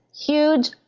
huge